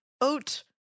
oat